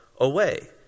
away